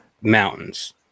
mountains